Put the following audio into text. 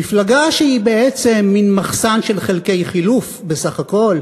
מפלגה שהיא בעצם מין מחסן של חלקי חילוף בסך הכול,